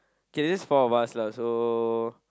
okay it is just four months lah so